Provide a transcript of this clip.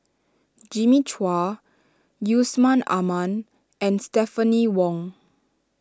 Jimmy Chua Yusman Aman and Stephanie Wong